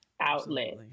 outlet